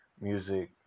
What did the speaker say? music